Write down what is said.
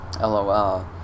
lol